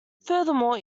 furthermore